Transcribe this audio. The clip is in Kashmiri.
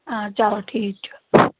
آ چلو ٹھیٖک چھُ